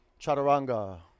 Chaturanga